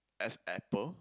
as Apple